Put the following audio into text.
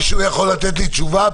מישהו יכול לתת לי תשובה?